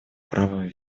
правом